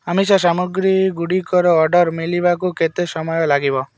ଆମିଷ ସାମଗ୍ରୀ ଗୁଡ଼ିକର ଅର୍ଡ଼ର୍ଟି ମିଳିବାକୁ କେତେ ସମୟ ଲାଗିବ